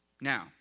Now